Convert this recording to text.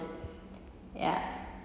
ya